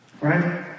right